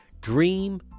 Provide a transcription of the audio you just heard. Dream